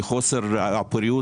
לחוסר פוריות.